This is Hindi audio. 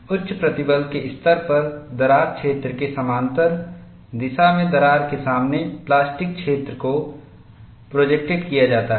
उच्च प्रतिबल के स्तर पर दरार क्षेत्र के समानांतर दिशा में दरार के सामने प्लास्टिक क्षेत्र को प्रोजेक्टेड किया जाता है